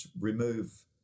remove